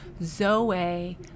Zoe